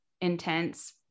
intense